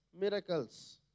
miracles